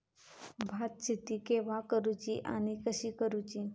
भात शेती केवा करूची आणि कशी करुची?